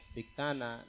Biktana